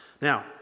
Now